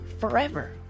forever